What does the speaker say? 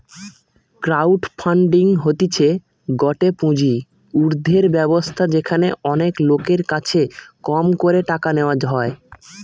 crowd funding হতিছে গটে পুঁজি উর্ধের ব্যবস্থা যেখানে অনেক লোকের কাছে কম করে টাকা নেওয়া হয়